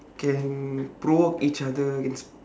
can provoke each other it's